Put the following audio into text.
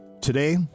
Today